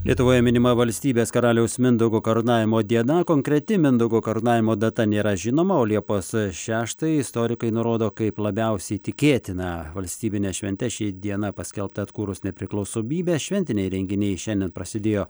lietuvoje minima valstybės karaliaus mindaugo karūnavimo diena konkreti mindaugo karūnavimo data nėra žinoma o liepos šeštąją istorikai nurodo kaip labiausiai tikėtiną valstybine švente ši diena paskelbta atkūrus nepriklausomybę šventiniai renginiai šiandien prasidėjo